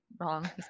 wrong